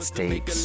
States